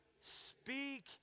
speak